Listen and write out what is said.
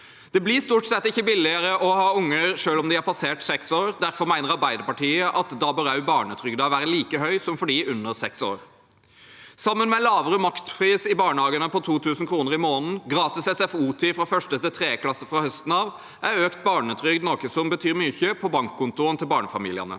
Det blir stort sett ikke billigere å ha unger selv om de har passert seks år, og derfor mener Arbeiderpartiet at da bør også barnetrygden være like høy som for dem under seks år. Sammen med lavere makspris i barnehagene, på 2 000 kr i måneden, og gratis SFO-tid fra 1. klasse til 3. klasse fra høsten av er økt barnetrygd noe som betyr mye for bankkontoen til barnefamiliene.